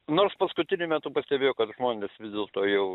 nors paskutiniu metu pastebėjo kad žmonės vis dėlto jau